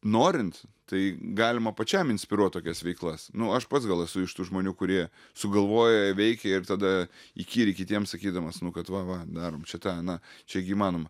norint tai galima pačiam inspiruot tokias veiklas nu aš pats gal esu iš tų žmonių kurie sugalvoja veikia ir tada įkyri kitiem sakydamas nu kad va va darom čia tą aną čia gi įmanoma